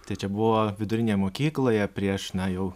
tai čia buvo vidurinėje mokykloje prieš na jau